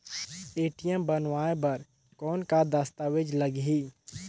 ATM बनवाय बर कौन का दस्तावेज लगही?